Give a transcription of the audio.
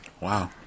Wow